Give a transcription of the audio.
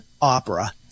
Opera